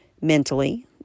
mentally